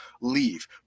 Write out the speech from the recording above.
leave